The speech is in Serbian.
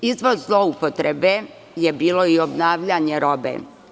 Iza zloupotrebe je bilo i obnavljanje robe.